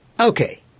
Okay